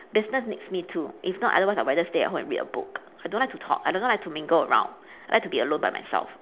business makes me to if not otherwise I would rather just stay at home and read a book I don't like to talk I don't like to mingle around I like to be alone by myself